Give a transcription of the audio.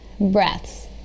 breaths